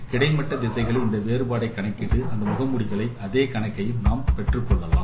கிடைமட்ட திசைகளில் அந்த வேறுபாட்டை கணக்கீடும் இந்த முகமூடிகள் அதே கணக்குகளையும் நாம் மேற்கொள்ளலாம்